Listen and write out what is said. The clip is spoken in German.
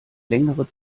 längere